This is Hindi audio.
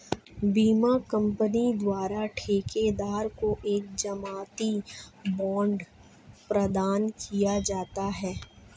बीमा कंपनी द्वारा ठेकेदार को एक जमानती बांड प्रदान किया जाता है